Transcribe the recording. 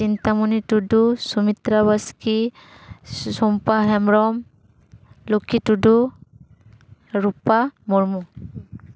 Chintamoni Tudu Sumitra Baske Sompa Hembrom Lakkhi Tudu Rupa Murmu